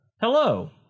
Hello